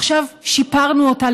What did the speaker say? עכשיו שיפרנו אותה,